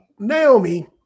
Naomi